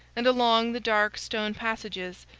and along the dark stone passages,